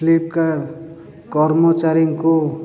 Flipkart କର୍ମଚାରୀଙ୍କୁ